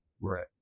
Right